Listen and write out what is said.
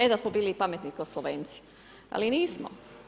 E da smo bili pametni kao Slovenci, ali nismo.